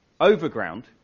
Overground